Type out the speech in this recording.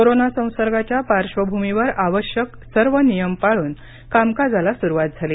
corona संसर्गाच्या पार्श्वभूमीवर आवश्यक सर्व नियम पाळून कामकाजाला सुरुवात झाली